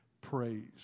praise